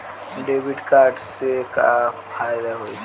Debit card से का फायदा होई?